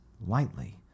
lightly